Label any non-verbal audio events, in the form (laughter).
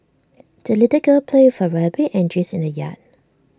(noise) the little girl played with her rabbit and geese in the yard